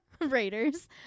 Raiders